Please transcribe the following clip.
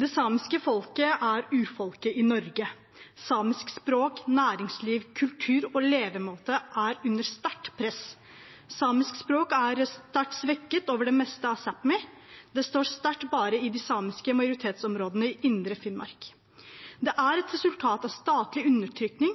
Det samiske folket er urfolket i Norge. Samisk språk, næringsliv, kultur og levemåte er under sterkt press. Samisk språk er sterkt svekket over det meste av Sápmi, det står sterkt bare i de samiske majoritetsområdene i Indre Finnmark. Det er et resultat av statlig undertrykking